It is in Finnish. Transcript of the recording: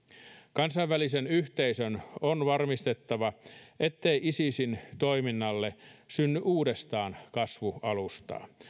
kansainvälisen yhteisön on varmistettava ettei isisin toiminnalle synny uudestaan kasvualustaa